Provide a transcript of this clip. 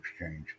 exchange